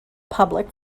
public